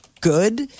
good